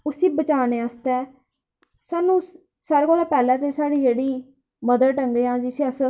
उसी बचानै आस्तै सानूं सारें कोला पैह्लें गै जेह्ड़ी मदर टंग जां जिसी अस